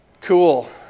Cool